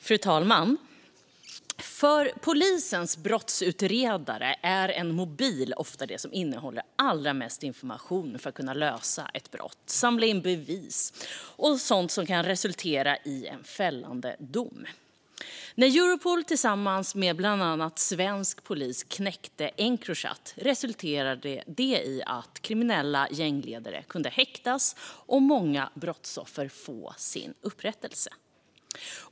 Fru talman! För polisens brottsutredare är en mobil ofta det som innehåller allra mest information för att lösa ett brott och samla in bevis och sådant som kan resultera i en fällande dom. När Europol tillsammans med bland annat svensk polis knäckte Encrochat resulterade det i att kriminella gängledare kunde häktas och många brottsoffer få sin upprättelse.